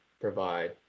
provide